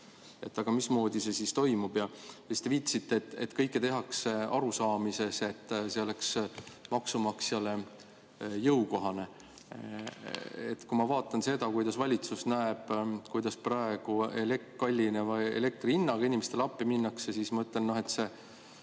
–, mismoodi see siis toimub? Te viitasite, et kõike tehakse arusaamises, et see oleks maksumaksjale jõukohane. Kui ma vaatan seda, kuidas valitsus näeb, kuidas praegu kallineva elektrihinnaga inimestele appi minnakse, siis ma ütlen, et see